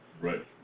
Right